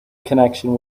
connection